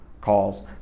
calls